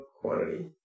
quantity